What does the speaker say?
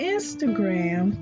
Instagram